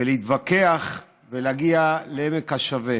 להתווכח ולהגיע לעמק השווה,